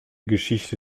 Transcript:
geschichte